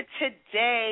today